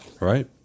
right